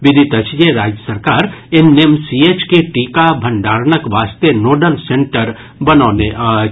विदित अछि जे राज्य सरकार एनएमसीएच के टीका भंडारणक वास्ते नोडल सेंटर बनौने अछि